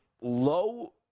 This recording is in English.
low